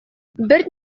бер